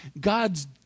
God's